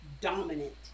dominant